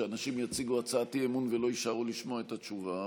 שאנשים יציגו הצעת אי-אמון ולא יישארו לשמוע את התשובה.